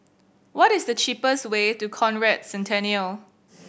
what is the cheapest way to Conrad Centennial